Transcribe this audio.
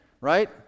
Right